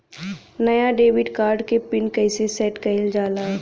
नया debit card क PIN कईसे सेट कईल जाला?